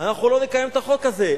אנחנו לא נקיים את החוק הזה,